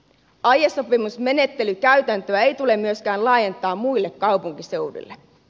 aiesopimusmenettelykäytäntöä ei tule myöskään laajentaa muille kaupunkiseuduille